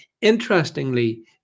Interestingly